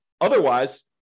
Otherwise